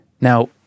Now